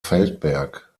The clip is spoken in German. feldberg